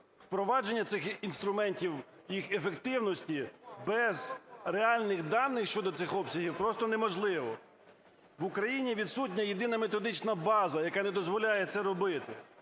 Впровадження цих інструментів, їх ефективність, без реальних даних щодо цих обсягів просто неможлива. В Україні відсутня єдина методична база, яка не дозволяє це робити.